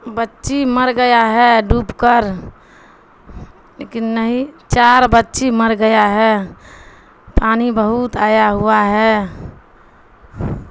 بچی مر گیا ہے ڈوب کر لیکن نہیں چار بچی مر گیا ہے پانی بہت آیا ہوا ہے